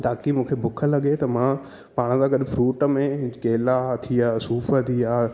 ताकि मूंखे बुख लॻे त मां पाण सां गॾु फ्रूट में केला थी विया सूफ थी विया